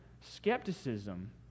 Skepticism